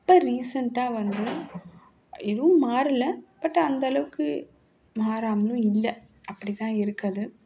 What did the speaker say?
இப்போ ரீசெண்ட்டாக வந்து எதுவும் மாறலை பட் அந்த அளவுக்கு மாறாமலும் இல்லை அப்படிதான் இருக்குது அது